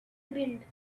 grilled